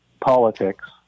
politics